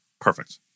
perfect